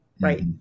right